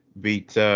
beat